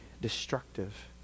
destructive